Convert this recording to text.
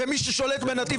ומי ששולט ב"נתי"ב",